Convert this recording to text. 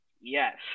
Yes